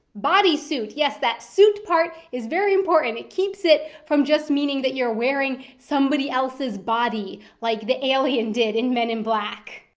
bodysuit, yes that suit part is very important. it keeps it from just meaning that you're wearing somebody else's body, like the alien did in men in black.